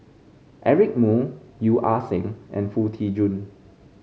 Eric Moo Yeo Ah Seng and Foo Tee Jun